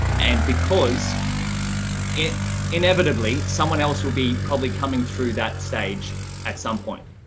and because it inevitably, someone else will be probably coming through that stage at some point.